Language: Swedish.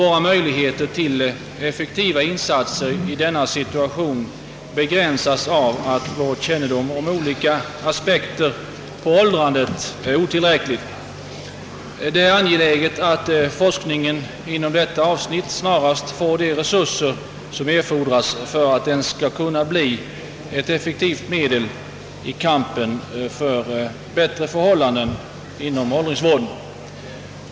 Våra möjligheter till effektivare insatser i denna situation begränsas av att vår kännedom om olika aspekter på åldrandet är otillräcklig. Det är angeläget att forskningen inom detta avsnitt snarast får de resurser som erfordras för att den skall kunna bli ett effektivt medel i kampen för bättre förhållanden inom åldringsvården.